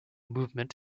movement